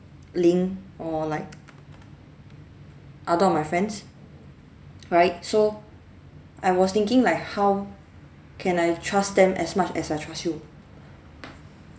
ling or like other of my friends right so I was thinking like how can I trust them as much as I trust you